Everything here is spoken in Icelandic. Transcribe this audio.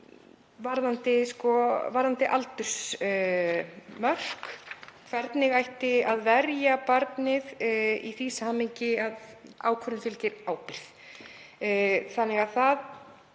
varðandi aldursmörk, hvernig ætti að verja barnið í því samhengi að ákvörðun fylgir ábyrgð. Það er